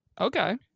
Okay